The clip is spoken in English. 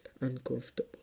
uncomfortable